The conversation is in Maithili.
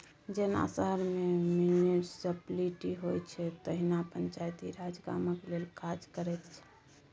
जेना शहर मे म्युनिसप्लिटी होइ छै तहिना पंचायती राज गामक लेल काज करैत छै